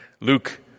Luke